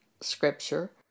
scripture